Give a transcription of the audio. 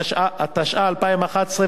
התשע"א 2011,